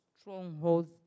strongholds